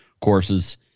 courses